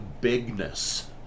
bigness